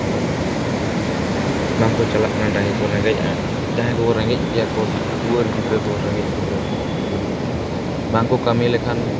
ᱵᱟᱝᱠᱚ ᱪᱟᱞᱟᱜ ᱠᱟᱱᱟ ᱰᱟᱺᱦᱤ ᱠᱚ ᱨᱮᱸᱜᱮᱡᱼᱟ ᱡᱟᱦᱟᱸᱭ ᱠᱚᱠᱚ ᱨᱮᱸᱜᱮᱡ ᱜᱮᱭᱟ ᱠᱚ ᱴᱩᱣᱟᱹᱨ ᱜᱤᱫᱽᱨᱟᱹ ᱠᱚ ᱨᱮᱸᱜᱮᱡ ᱜᱤᱫᱽᱨᱟᱹ ᱠᱚ ᱩᱱᱠᱩ ᱠᱚᱫᱚ ᱵᱟᱝᱠᱚ ᱠᱟᱹᱢᱤ ᱞᱮᱠᱷᱟᱱ